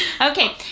okay